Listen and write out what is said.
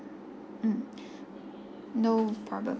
mm no problem